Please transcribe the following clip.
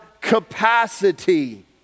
capacity